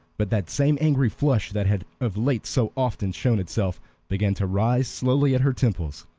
but that same angry flush that had of late so often shown itself began to rise slowly at her temples.